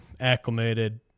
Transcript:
acclimated